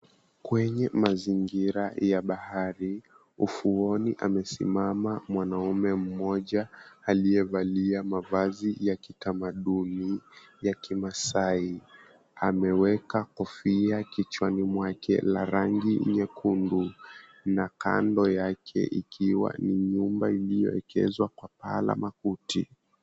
Kwenye mazingira ya bahari. Ufuoni amesimama mwanaume mmoja aliyevalia mavazi ya kitamaduni ya kimasai, ameweka kichwani mwake la rangi nyekundu na kando yake ikiwa ni nyumba iliyoekezwa kwa paa la makuti.